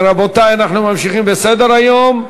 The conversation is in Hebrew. רבותי, אנחנו ממשיכים בסדר-היום.